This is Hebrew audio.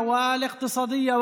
והם פתרונות ביטחוניים לנושא שהוא